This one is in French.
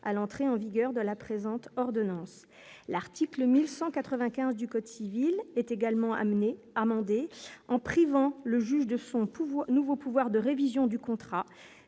à l'entrée en vigueur de la présente ordonnance l'article 1195 du code civil est également amener amendé en privant le juge de son pouvoir nouveau pouvoir de révision du contrat,